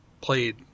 played